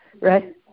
Right